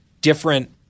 different